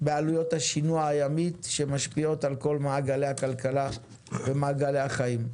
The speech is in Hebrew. בעלויות השינוע הימי שמשפיעות על כל מעגלי הכלכלה ומעגלי החיים.